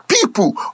people